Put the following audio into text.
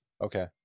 Okay